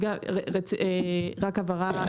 רק הבהרה,